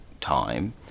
time